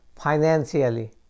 financially